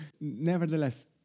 Nevertheless